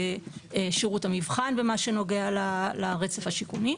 ושירות המבחן במה שנוגע לרצף השיקומי.